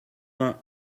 vingt